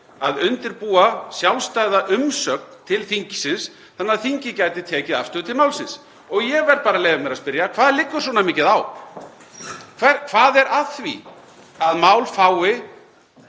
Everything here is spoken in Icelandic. að undirbúa sjálfstæða umsögn til þingsins þannig að þingið gæti tekið afstöðu til málsins. Ég verð bara að leyfa mér að spyrja: Hvað liggur svona mikið á? Hvað er að því að mál fái